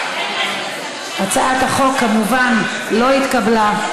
הצעת החוק, כמובן, לא התקבלה.